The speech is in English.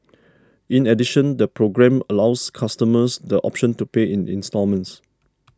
in addition the programme allows customers the option to pay in instalments